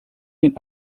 den